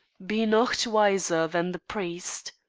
be nocht wiser than the priest.